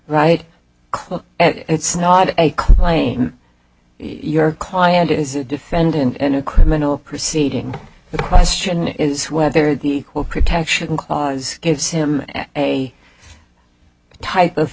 and it's not a claim your client is a defendant in a criminal proceeding the question is whether the protection clause gives him a type of